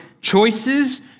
choices